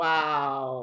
Wow